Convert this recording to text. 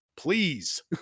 Please